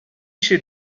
she